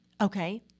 Okay